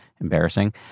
embarrassing